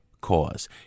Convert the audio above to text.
cause